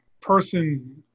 person